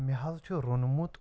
مےٚ حظ چھُ روٚنمُت